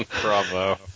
Bravo